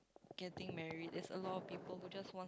getting married there's a lot of people who just wants